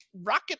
rocket